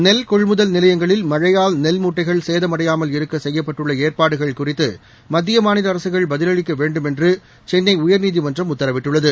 நெல்கொள்முதல் நிலையங்களில் மழையால் நெல் மூட்டைகள் சேதமடையாமல் இருக்க செய்யப்பட்டுள்ள ஏற்பாடுகள் குறித்து மத்திய மாநில அரசுகள் பதிலளிக்க வேண்டும் என்று சென்னை உயர்நீதிமன்றம் உத்தரவிட்டுள்ளது